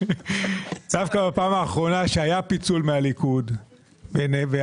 דווקא בפעם האחרונה שהיה פיצול מהליכוד והלך